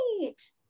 Great